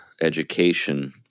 education